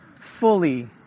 fully